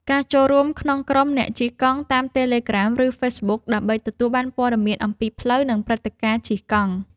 ការចូលរួមក្នុងក្រុមអ្នកជិះកង់តាមតេឡេក្រាម ឬហ្វេសប៊ុក ដើម្បីទទួលបានព័ត៌មានអំពីផ្លូវ និងព្រឹត្តិការណ៍ជិះកង់។